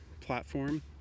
platform